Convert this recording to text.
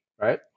right